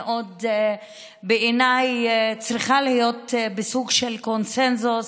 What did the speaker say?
שבעיניי צריכה להיות בסוג של קונסנזוס,